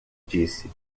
disse